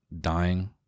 dying